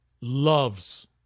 loves